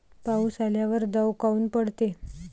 पाऊस आल्यावर दव काऊन पडते?